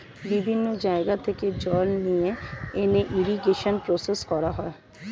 বিভিন্ন জায়গা থেকে জল নিয়ে এনে ইরিগেশন প্রসেস করা হয়